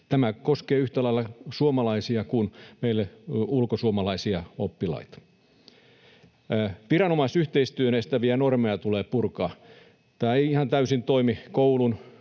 Tämä koskee yhtä lailla suomalaisia kuin ulkosuomalaisia oppilaita. Viranomaisyhteistyön estäviä normeja tulee purkaa. Tämä ei ihan täysin toimi koulun,